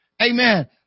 Amen